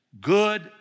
Good